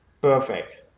Perfect